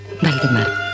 Valdemar